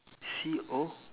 C O